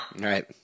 Right